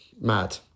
mad